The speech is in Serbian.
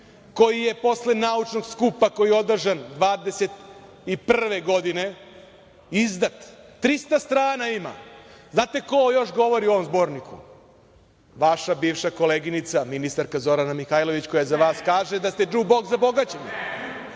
koji je posle naučnog skupa koji je održan 2021. godine izdat, 300 strana ima. Znate ko još govori u ovom Zborniku? Vaša bivša koleginica ministarka Zorana Mihajlović, koja za vas kaže da ste džu-boks za bogaćenje.